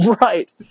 right